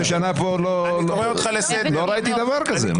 נושמים --- 12 שנה לא ראיתי פה דבר כזה.